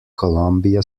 columbia